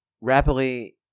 rapidly